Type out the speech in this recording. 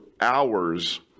hours